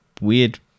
weird